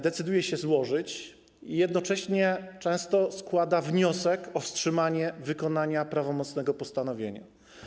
Decyduje się ją złożyć i jednocześnie często składa wniosek o wstrzymanie wykonania prawomocnego postanowienia.